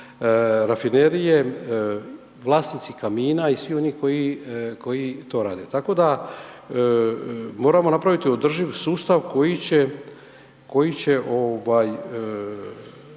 rafinerije, vlasnici kamina i svi oni koji to rade. Tako da moramo napraviti održiv sustav koji će,